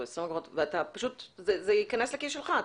או 20 אגורות וזה ייכנס לכיס שלך,